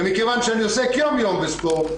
ומכיוון שאני עוסק יום יום בספורט,